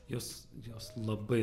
jos jos labai